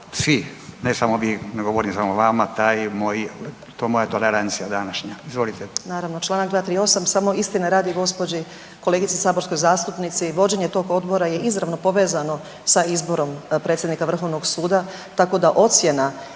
svi, ne samo vi, ne govorim samo vama, taj moj, to moja tolerancija današnja. Izvolite.